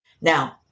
Now